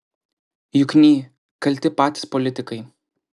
jukny kalti patys politikai